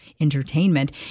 Entertainment